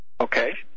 Okay